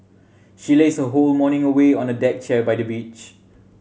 she lazed her whole morning away on a deck chair by the beach